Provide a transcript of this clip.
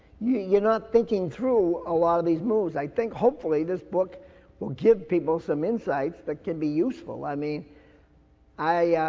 you're not thinking through a lot of these moves. i think hopefully, this book will give people some insights that can be useful. i mean i, yeah